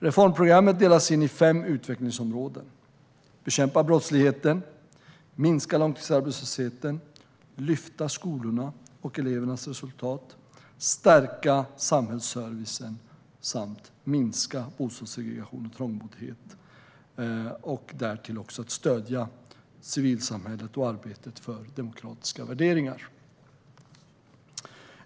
Reformprogrammet delas in i fem utvecklingsområden: att bekämpa brottsligheten, minska långtidsarbetslösheten, lyfta skolorna och elevernas resultat, stärka samhällsservicen och minska bostadssegregation och trångboddhet samt att stödja civilsamhället och arbetet för demokratiska värderingar.